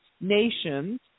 nations